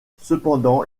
cependant